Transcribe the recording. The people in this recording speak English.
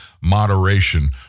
moderation